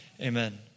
amen